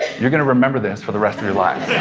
you're going to remember this for the rest of your lives.